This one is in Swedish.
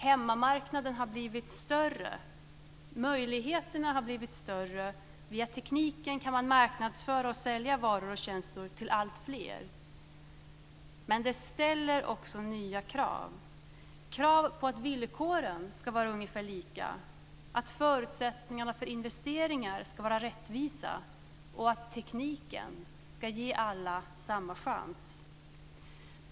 Hemmamarknaden har blivit större, och möjligheterna har blivit större. Via tekniken kan man marknadsföra och sälja varor och tjänster till alltfler. Men det ställer också nya krav. Det är krav på att villkoren ska vara ungefär lika, att förutsättningarna för investeringar ska vara rättvisa och att tekniken ska ge alla samma chans.